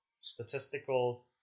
statistical